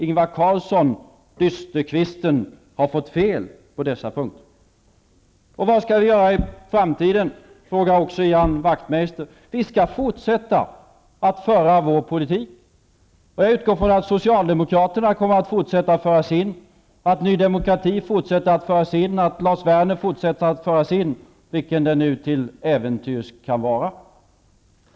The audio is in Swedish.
Ingvar Carlsson, dysterkvisten, har fått fel på dessa punkter. Vad skall vi göra i framtiden? frågar också Ian Wachtmeister. Vi skall fortsätta att föra vår politik. Jag utgår ifrån att Socialdemokraterna kommer att fortsätta att föra sin, att Ny demokrati fortsätter att föra sin, att Lars Werner fortsätter att föra sin, vilken det nu till äventyrs kan vara.